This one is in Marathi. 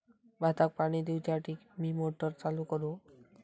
भाताक पाणी दिवच्यासाठी मी मोटर चालू करू?